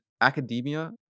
academia